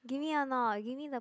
give me or not give me the